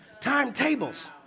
Timetables